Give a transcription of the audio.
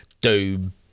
Doom